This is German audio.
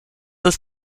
ist